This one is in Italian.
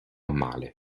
male